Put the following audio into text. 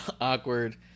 awkward